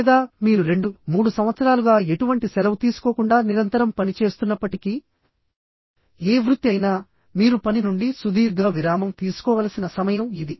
లేదా మీరు 23 సంవత్సరాలుగా ఎటువంటి సెలవు తీసుకోకుండా నిరంతరం పని చేస్తున్నప్పటికీఏ వృత్తి అయినా మీరు పని నుండి సుదీర్ఘ విరామం తీసుకోవలసిన సమయం ఇది